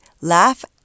laugh